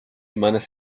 imanes